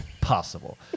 possible